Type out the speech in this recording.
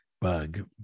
bug